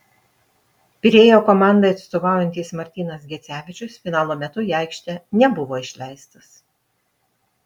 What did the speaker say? pirėjo komandai atstovaujantis martynas gecevičius finalo metu į aikštę nebuvo išleistas